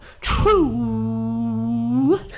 true